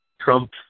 Trump